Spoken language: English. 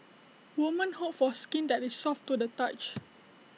women hope for skin that is soft to the touch